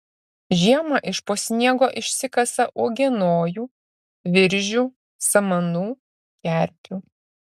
žiemą iš po sniego išsikasa uogienojų viržių samanų kerpių